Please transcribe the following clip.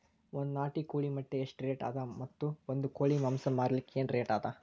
ಒಂದ್ ನಾಟಿ ಕೋಳಿ ಮೊಟ್ಟೆ ಎಷ್ಟ ರೇಟ್ ಅದ ಮತ್ತು ಒಂದ್ ಕೋಳಿ ಮಾಂಸ ಮಾರಲಿಕ ಏನ ರೇಟ್ ಅದ?